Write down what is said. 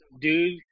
dude